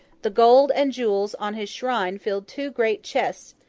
the gold and jewels on his shrine filled two great chests,